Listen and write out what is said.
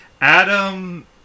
Adam